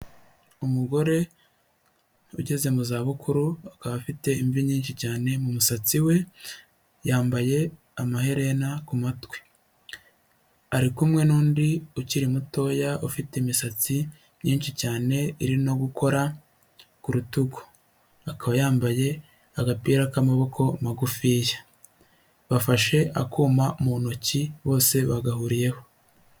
Umugore ugeze mu za bukuru akaba afite imvi nyinshi cyane mu musatsi we, yambaye amaherena kumatwi, ariku n'undi ukiri ufite imisatsi cyane iri no gukora ku rutugu, akaba yambaye agapira k'amaboko magufiya, bafashe akuma mu ntoki bose bagahuriyeho.